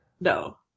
No